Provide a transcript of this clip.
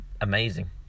amazing